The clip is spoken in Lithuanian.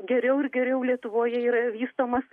geriau ir geriau lietuvoje yra vystomas